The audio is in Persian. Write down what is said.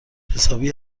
حسابی